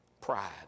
Pride